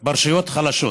ברשויות חלשות